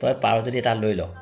তই পাৰ যদি এটা লৈ ল